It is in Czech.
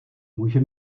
může